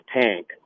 tank